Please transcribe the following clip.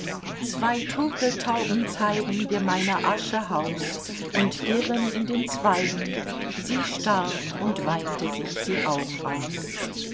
zwei turteltauben zeigen dir meiner asche haus und girren in den zweigen sie starb und weinte sich die augen aus